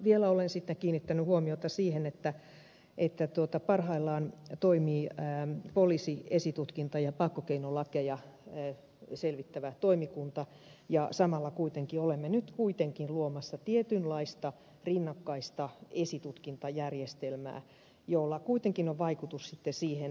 vielä olen kiinnittänyt huomiota siihen että parhaillaan toimii poliisiesitutkintaa ja pakkokeinolakeja selvittävä toimikunta ja samalla kuitenkin olemme nyt luomassa tietynlaista rinnakkaista esitutkintajärjestelmää jolla kuitenkin on vaikutus sitten siihen ed